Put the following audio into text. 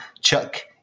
Chuck